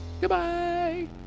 Goodbye